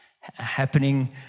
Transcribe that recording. happening